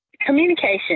communication